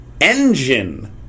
engine